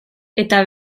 eta